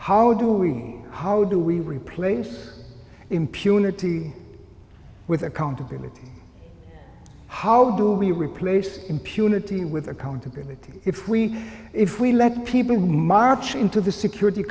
we how do we replace impunity with accountability how do we replace impunity with accountability if we if we let people march into the security